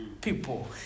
people